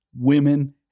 Women